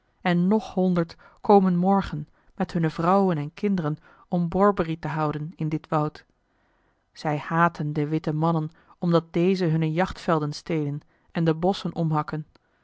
en nog honderd komen morgen met hunne vrouwen en kinderen om borbori te houden in dit woud zij haten de witte mannen omdat deze hunne jachtvelden stelen en de bosschen omhakken